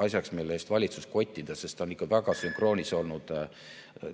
asjaks, mille eest valitsust kottida, sest ta on ikka väga sünkroonis olnud